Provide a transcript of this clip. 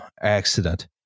accident